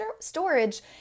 storage